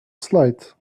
slide